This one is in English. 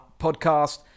podcast